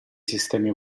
sistemi